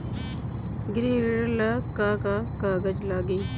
गृह ऋण ला का का कागज लागी?